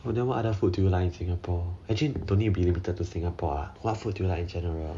oh then what other food do you like in singapore actually don't need to be limited to singapore ah what food do you like in general